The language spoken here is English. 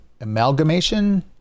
amalgamation